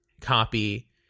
copy